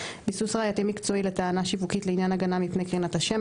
ביסוס ראייתי מקצועי לטענה שיווקית לעניין הגנה מפני קרינת השמש.